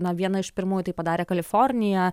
na viena iš pirmųjų tai padarė kalifornija